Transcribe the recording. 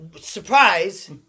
surprise